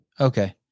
Okay